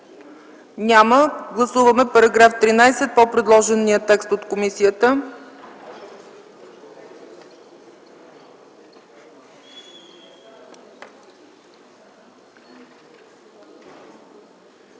Няма. Гласуваме § 13 по предложения текст на комисията.